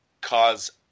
cause